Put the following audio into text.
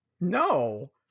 no